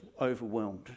overwhelmed